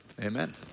amen